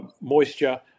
moisture